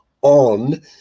on